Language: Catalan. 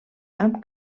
amb